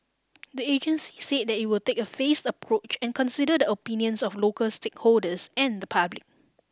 the agency said it will take a phased approach and consider the opinions of local stakeholders and the public